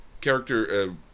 Character